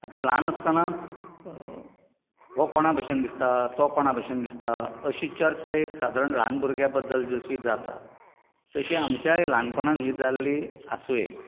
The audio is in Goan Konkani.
आता ल्हान आसतानाच हो कोणा बशेन दिसता तो कोणा बशेन दिसता अशी चर्चा एक सादारण ल्हान भुरग्या बद्दल जशी जाता तशीय आमच्याय ल्हानपणांत ही जाल्ली आसूंये